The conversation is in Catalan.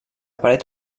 paret